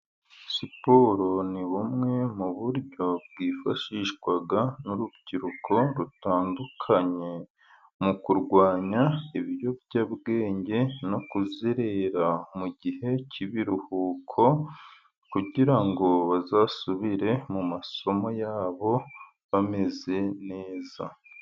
Siporo ni bumwe mu buryo bwifashishwa n'urubyiruko rutandukanye, mu kurwanya ibiyobyabwenge no kuzerera mu gihe cy'ibiruhuko, kugira ngo bazasubire mu masomo yabo bameze neza.